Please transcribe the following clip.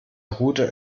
route